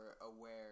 aware